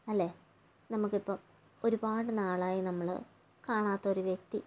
അല്ലേൽ നമുക്കിപ്പോൾ ഒരുപാട് നാളായി നമ്മൾ കാണാത്തൊരു വ്യക്തി